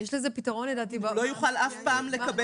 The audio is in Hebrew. הוא אף פעם לא יוכל לקבל.